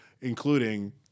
including